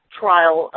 trial